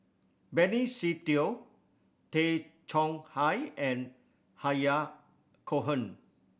Benny Se Teo Tay Chong Hai and Cohen